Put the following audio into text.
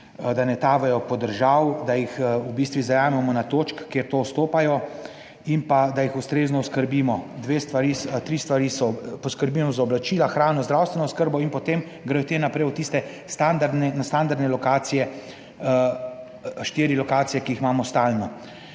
da ne tavajo po državi, da jih v bistvu zajamemo na točki, kjer to vstopajo in pa da jih ustrezno oskrbimo, tri stvari so, poskrbimo za oblačila, hrano, zdravstveno oskrbo in potem gredo te naprej v tiste standardne, na standardne lokacije, štiri lokacije, ki jih imamo stalno.